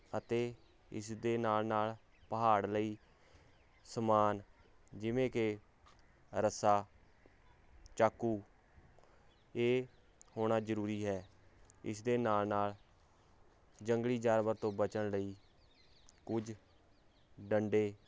ਅਤੇ ਇਸ ਦੇ ਨਾਲ ਨਾਲ ਪਹਾੜ ਲਈ ਸਮਾਨ ਜਿਵੇਂ ਕਿ ਰੱਸਾ ਚਾਕੂ ਇਹ ਹੋਣਾ ਜਰੂਰੀ ਹੈ ਇਸ ਦੇ ਨਾਲ ਨਾਲ ਜੰਗਲੀ ਜਾਨਵਰ ਤੋਂ ਬਚਣ ਲਈ ਕੁਝ ਡੰਡੇ